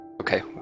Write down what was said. Okay